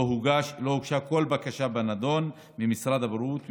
הוגשה כל בקשה בנדון ממשרד הבריאות,